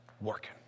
Working